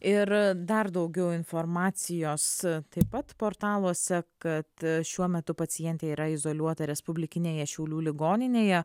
ir dar daugiau informacijos taip pat portaluose kad šiuo metu pacientė yra izoliuota respublikinėje šiaulių ligoninėje